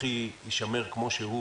יישמר כפי שהוא,